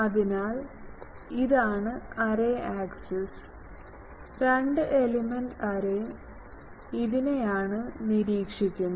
അതിനാൽ ഇതാണ് array axis രണ്ട് എലമെന്റ് എറേ ഇതിനെയാണ് നിരീക്ഷിക്കുന്നത്